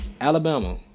Alabama